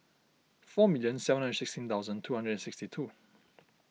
four million seven hundred and sixteen thousand two hundred and sixty two